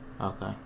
Okay